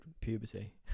puberty